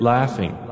Laughing